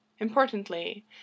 Importantly